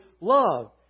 love